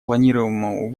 планируемому